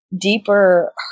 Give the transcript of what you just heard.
deeper